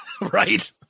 Right